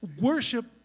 worship